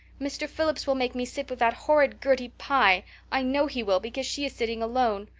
mr. phillips will make me sit with that horrid gertie pye i know he will because she is sitting alone.